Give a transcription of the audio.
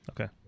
Okay